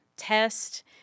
test